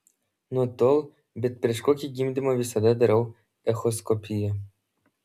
nuo tol prieš bet kokį gimdymą visada darau echoskopiją